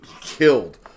killed